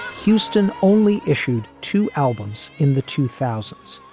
houston only issued two albums in the two thousand s,